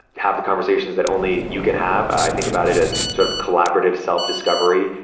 have the conversations that only you can have. i think about it as sort of collaborative self-discovery.